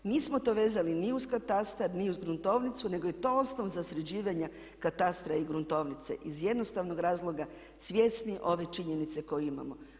Nismo to vezali ni uz katastar, ni uz gruntovnicu nego je to osnov za sređivanje katastra i gruntovnice iz jednostavnog razloga svjesni ove činjenice koju imamo.